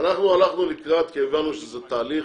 אנחנו הלכנו לקראת, כי הבנו שזה תהליך.